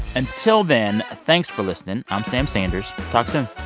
until then, thanks for listening. i'm sam sanders. talk soon